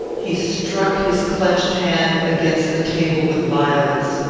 he struck his clenched hand against the table with violence.